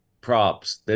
props